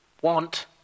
want